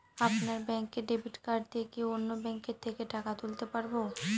আপনার ব্যাংকের debit card দিয়ে কি অন্য ব্যাংকের থেকে টাকা তুলতে পারবো?